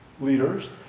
leaders